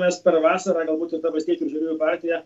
mes per vasarą galbūt tada valstiečių ir žaliųjų partija